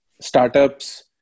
startups